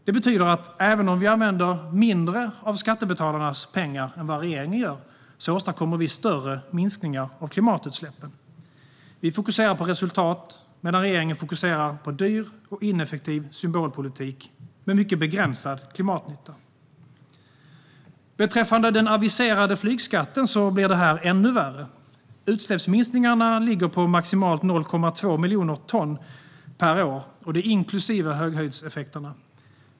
Det betyder att även om vi använder mindre av skattebetalarnas pengar än vad regeringen gör åstadkommer vi större minskningar av klimatutsläppen. Vi fokuserar på resultat medan regeringen fokuserar på dyr och ineffektiv symbolpolitik med mycket begränsad klimatnytta. Beträffande den aviserade flygskatten är det ännu värre. Utsläppsminskningarna ligger på maximalt 0,2 miljoner ton per år, och det är inklusive höghöjdseffekterna.